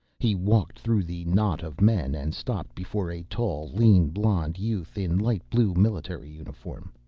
he walked through the knot of men and stopped before a tall, lean, blond youth in light-blue military uniform.